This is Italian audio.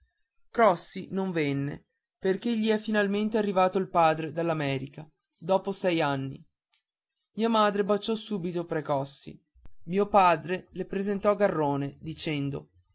suonarono crossi non venne perché gli è finalmente arrivato il padre dall'america dopo sei anni mia madre baciò subito precossi mio padre le presentò garrone dicendo